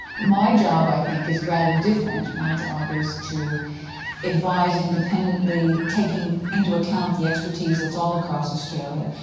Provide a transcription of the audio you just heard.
my job i think is rather different, my job is to advise independently taking into account the expertise that's all across australia,